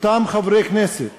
אותם חברי כנסת